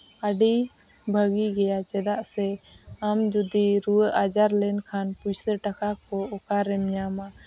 ᱟᱹᱰᱤ ᱵᱷᱟᱹᱜᱤ ᱜᱮᱭᱟ ᱪᱮᱫᱟᱜ ᱥᱮ ᱟᱢ ᱡᱩᱫᱤ ᱨᱩᱣᱟᱹᱜ ᱟᱡᱟᱨ ᱞᱮᱱᱠᱷᱟᱱ ᱯᱩᱭᱥᱟᱹᱼᱴᱟᱠᱟ ᱠᱚ ᱚᱠᱟᱨᱮᱢ ᱧᱟᱢᱟ